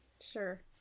sure